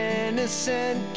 innocent